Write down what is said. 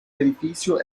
edificio